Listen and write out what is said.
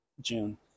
June